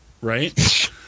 Right